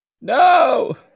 No